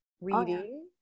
reading